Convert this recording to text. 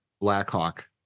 blackhawk